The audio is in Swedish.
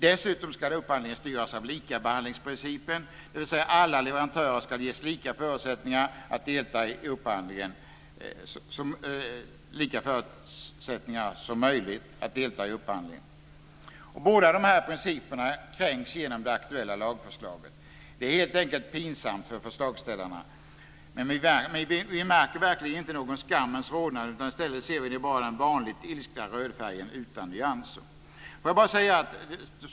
Dessutom ska upphandlingen styras av likabehandlingsprincipen, dvs. alla leverantörer ska ges så lika förutsättningar att delta i upphandlingen som möjligt. Båda dessa principer kränks genom det aktuella lagförslaget. Det är helt enkelt pinsamt för förslagsställarna. Men vi märker verkligen inte någon skammens rodnad. I stället ser vi bara den vanliga ilskna rödfärgen utan nyanser.